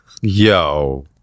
yo